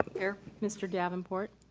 here. mr. davenport,